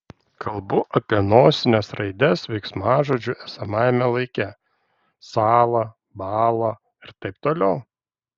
kalbu apie nosines raides veiksmažodžių esamajame laike sąla bąla ir taip toliau